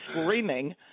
screaming